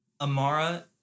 Amara